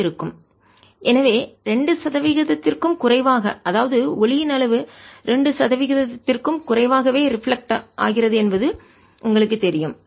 832 ≅1270 எனவே 2 சதவிகிதத்திற்கும் குறைவாக அதாவது ஒளியின் அளவு 2 சதவிகிதத்திற்கும் குறைவாகவே ரிஃப்ளெக்ட்டேட் பிரதிபலிப்பது ஆகிறது என்பது உங்களுக்குத் தெரியும்